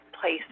place